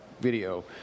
video